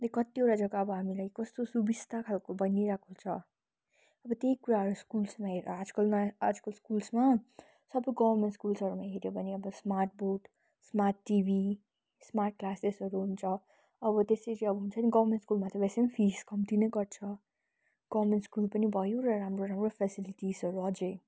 like कतिवटा जग्गा अब हामीलाई कस्तो सुविस्ता खालको बनिरहेको छ अब त्यही कुराहरू स्कुलस्मा हेर आजकल नयाँ आजकल स्कुलस्मा सबै गभर्मेन्ट स्कुलहरूमा हेऱ्यो भने smart board smart TV smart क्लासेसहरू हुन्छ अब त्यसै चाहिँ अब हुन्छ नि गभर्मेन्ट स्कुलमा वेसेम फिस कम्ती नै गर्छ गभर्मेन्ट स्कुल पनि भयो र राम्रो राम्रो फेसिलिटिसहरू अझै